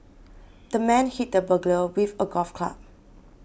the man hit the burglar with a golf club